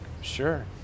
sure